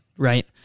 Right